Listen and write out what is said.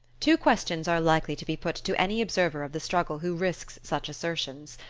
two questions are likely to be put to any observer of the struggle who risks such assertions.